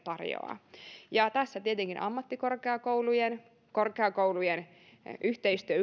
tarjoaa ja tässä tietenkin ammattikorkeakoulujen ylipäänsä korkeakoulujen yhteistyö